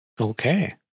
Okay